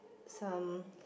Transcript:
some